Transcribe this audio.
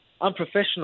unprofessional